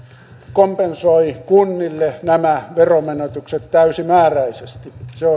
kompensoi kunnille nämä veronmenetykset täysimääräisesti se on erittäin tärkeää